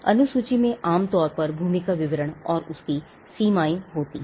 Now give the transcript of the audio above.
अनुसूची में आमतौर पर भूमि का विवरण और उसकी सीमाएं होती हैं